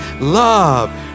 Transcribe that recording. love